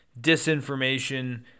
disinformation